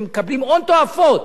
שמקבלים הון תועפות,